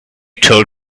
told